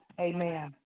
Amen